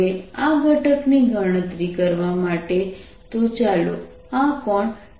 da E 14π0 q ks2v2t2 હવે આ ઘટક ની ગણતરી કરવા માટે તો ચાલો આ કોણ કહીએ